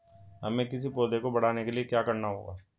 हमें किसी पौधे को बढ़ाने के लिये क्या करना होगा?